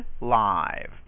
live